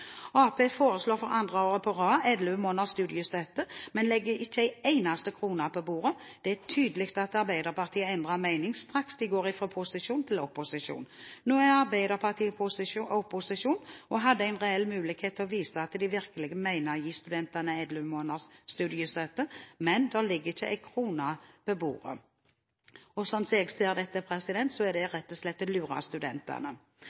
Arbeiderpartiet foreslår for andre år på rad elleve måneders studiestøtte, men legger ikke en eneste krone på bordet. Det er tydelig at Arbeiderpartiet endrer mening straks de går fra posisjon til opposisjon. Nå er Arbeiderpartiet i opposisjon og hadde en reell mulighet til å vise at de virkelig mener å gi studentene elleve måneders studiestøtte, men det ligger ikke én krone på bordet. Slik jeg ser det, er dette rett og slett å lure studentene. I den siste rød-grønne perioden ble det